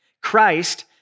Christ